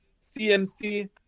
CMC